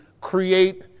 create